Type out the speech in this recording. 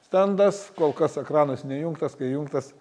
stendas kol kas ekranas neįjungtas kai įjungtas